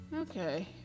Okay